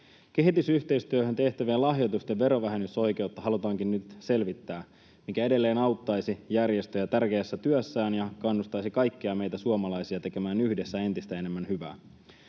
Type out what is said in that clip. Kehitysyhteistyöhön tehtävien lahjoitusten verovähennysoikeutta halutaankin nyt selvittää, mikä edelleen auttaisi järjestöjä tärkeässä työssään ja kannustaisi kaikkia meitä suomalaisia tekemään yhdessä entistä enemmän hyvää.